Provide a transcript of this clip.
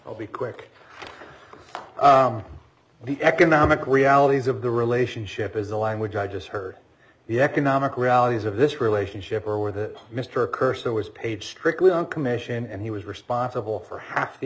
i'll be quick the economic realities of the relationship is the language i just heard the economic realities of this relationship are where the mr kerr so is paid strictly on commission and he was responsible for half the